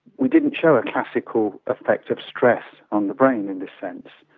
we didn't show a classical effect of stress on the brain in this sense.